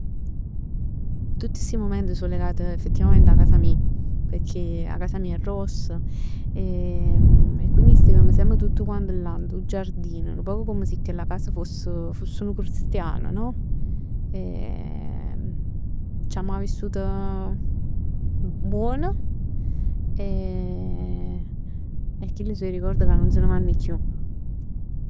Tutt sti mument so legati effettivament 'a casa mij. Pecchè 'a casa mia è gross, e quindi stevem semp tutt quant là dint 'o giardin. Nu poc come si chella casa foss, foss nu cristian no? Ce l'amma vissut buon e chill so 'e ricord ca nun se ne vann chiù.